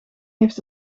heeft